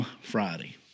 Friday